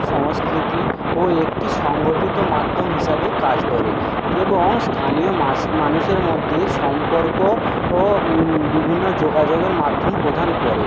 সংস্কৃতি ও একটি সংগঠিত মাধ্যম হিসাবে কাজ করে এবং স্থানীয় মাস মানুষের মধ্যে সম্পর্ক ও বিভিন্ন যোগাযোগের মাধ্যম প্রদান করে